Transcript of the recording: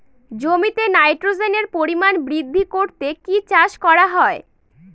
জমিতে নাইট্রোজেনের পরিমাণ বৃদ্ধি করতে কি চাষ করা হয়?